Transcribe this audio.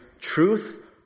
truth